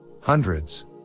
Hundreds